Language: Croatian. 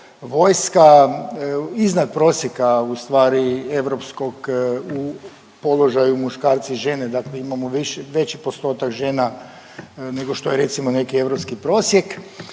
vojska iznad prosjeka ustvari europskog u položaju muškarca i žene, dakle imamo veći postotak žena nego što je recimo neki europski prosjek,